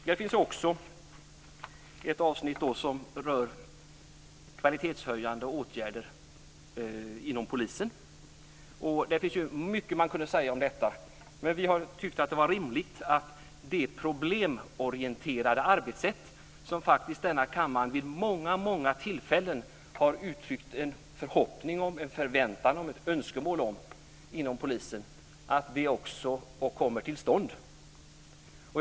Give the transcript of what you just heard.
Det finns också ett avsnitt som rör kvalitetshöjande åtgärder inom polisen. Mycket kunde sägas om detta, men vi har tyckt att det är rimligt att det problemorienterade arbetssätt som denna kammare vid många tillfällen har uttryckt en förväntan och ett önskemål om också kommer till stånd inom polisen.